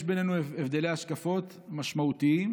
יש בינינו הבדלי השקפות משמעותיים,